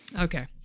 Okay